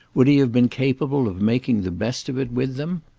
would he have been capable of making the best of it with them?